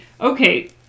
okay